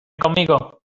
conmigo